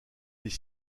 des